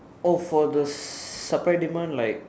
oh for the supply demand like